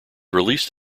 released